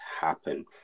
happen